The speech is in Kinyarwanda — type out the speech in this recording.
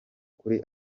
kuri